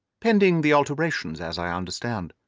pending the alterations, as i understand.